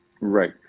Right